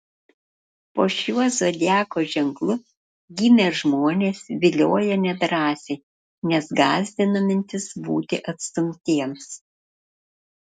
po šiuo zodiako ženklu gimę žmonės vilioja nedrąsiai nes gąsdina mintis būti atstumtiems